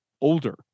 older